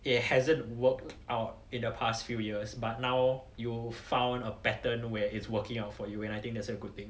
it hasn't worked out in the past few years but now you found a pattern where it's working out for you and I think that's a good thing